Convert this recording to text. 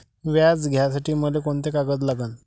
व्याज घ्यासाठी मले कोंते कागद लागन?